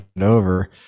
over